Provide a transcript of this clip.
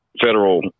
federal